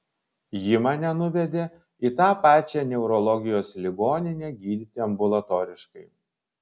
ji mane nuvedė į tą pačią neurologijos ligoninę gydyti ambulatoriškai